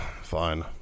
Fine